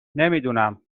نمیدونم